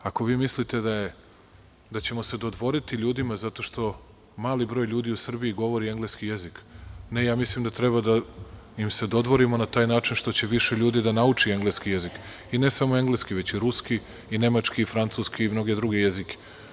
Ako vi mislite da ćemo se dodvoriti ljudima zato što mali broj ljudi u Srbiji govori engleski jezik, ne, ja mislim da treba da im se dodvorimo na taj način što će više ljudi da nauči engleski jezik, i ne samo engleski, već i ruski i nemački i francuski i mnogo druge jezike.